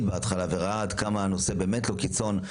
בהתחלה וראה עד כמה הנושא באמת לא קיצון,